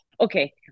okay